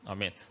Amen